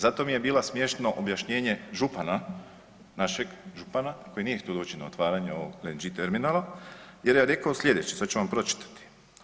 Zato mi je bila smiješno objašnjenje župana našeg, župana koji nije htio doći na otvaranja ovog LNG terminala jer je rekao sljedeće, sad ću vam pročitati.